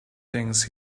things